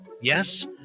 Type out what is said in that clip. Yes